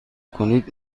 کنید